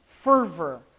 fervor